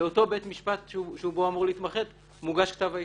לאותו בית משפט שבו הוא אמור להתמחות מוגש כתב האישום.